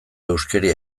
huskeria